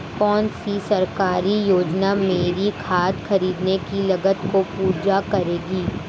कौन सी सरकारी योजना मेरी खाद खरीदने की लागत को पूरा करेगी?